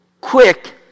quick